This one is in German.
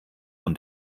und